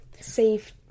safe